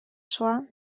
шла